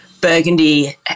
burgundy